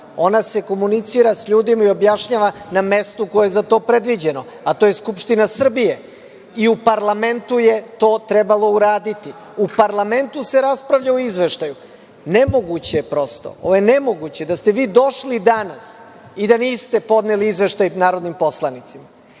Ona se komunicira sa ljudima i objašnjava na mestu koje je za to predviđeno, a to je Skupština Srbije. I u parlamentu je to trebalo uraditi. U parlamentu se raspravlja o izveštaju. Nemoguće je, prosto je nemoguće, da ste vi došli danas i da niste podneli izveštaj narodnim poslanicima. Niste